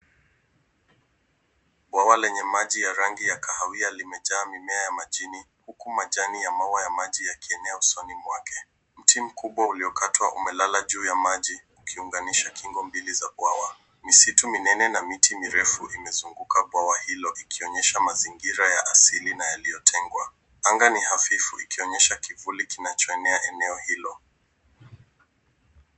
Bwawa lenye maji ya rangi ya kahawia limejaa mimea ya majini huku majani ya maua ya maji yakienea usoni mwake. Mti mkubwa uliokatwa umelala juu ya maji ukiunganisha kingo mbili za bwawa. Misitu minene na miti mirefu imezunguka bwawa hilo ikionyesha mazingira asili na yaliyotengwa. Anga ni hafifu ikionyesha kivuli kinachoenea eneo hilo.